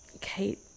Kate